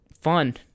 fun